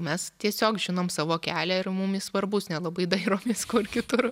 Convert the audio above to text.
mes tiesiog žinom savo kelią ir mum jis svarbus nelabai dairomės kur kitur